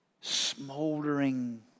smoldering